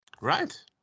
Right